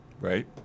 Right